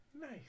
Nice